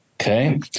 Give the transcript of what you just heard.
Okay